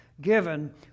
given